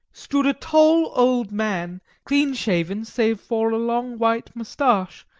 stood a tall old man, clean shaven save for a long white moustache,